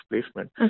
placement